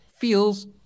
feels